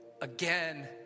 again